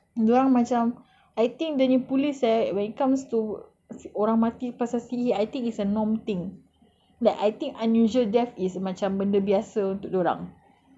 dia orang macam I think dia punya polis eh when it comes to orang mati pasal sihir I think it's a norm thing like I think unusual death is macam benda biasa untuk dia orang